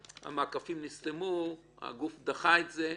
המעקפים נסתמו, הגוף דחה את זה,